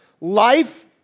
Life